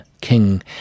King